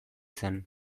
zen